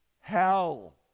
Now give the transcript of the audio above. hell